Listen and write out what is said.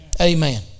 Amen